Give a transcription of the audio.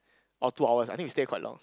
orh two hours I think we stay quite long